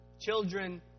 Children